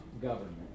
government